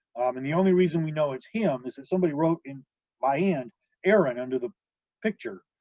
and the only reason we know it's him is that somebody wrote in by hand aaron under the picture.